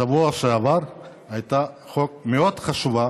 בשבוע שעבר עלתה הצעת חוק מאוד חשובה,